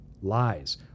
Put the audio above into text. lies